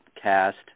cast